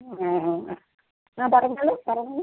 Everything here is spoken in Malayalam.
ആ പറഞ്ഞോളൂ പറഞ്ഞോളൂ